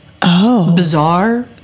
bizarre